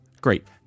Great